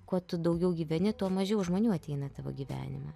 kuo tu daugiau gyveni tuo mažiau žmonių ateina į tavo gyvenimą